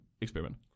experiment